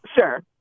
Sure